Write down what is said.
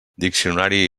diccionari